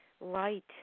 light